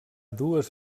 dues